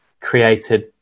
created